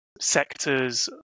sectors